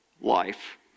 life